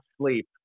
sleep